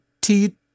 teeth